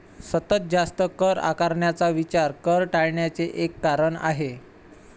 सतत जास्त कर आकारण्याचा विचार कर टाळण्याचे एक कारण आहे